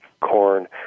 corn